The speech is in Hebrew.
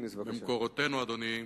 במקורותינו, אדוני,